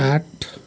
आठ